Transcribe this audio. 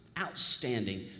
outstanding